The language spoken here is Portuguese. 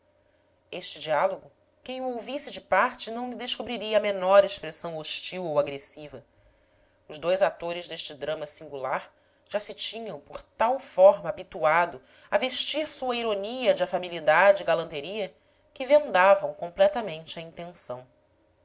este diálogo quem o ouvisse de parte não lhe descobriria a menor expressão hostil ou agressiva os dois atores deste drama singular já se tinham por tal forma habituado a vestir sua ironia de afabilidade e galanteria que vendavam completamente a intenção